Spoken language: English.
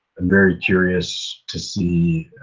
i'm very curious to see